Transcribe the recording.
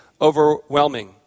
overwhelming